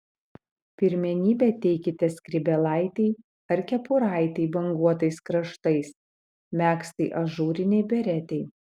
pirmenybę teikite skrybėlaitei ar kepuraitei banguotais kraštais megztai ažūrinei beretei